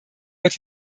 wird